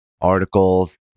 articles